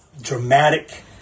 dramatic